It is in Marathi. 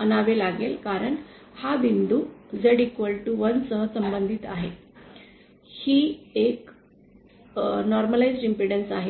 आणावे लागेल कारण हा बिंदू Z1 सह संबंधित आहे ही एक सामान्य इम्पेडन्स आहे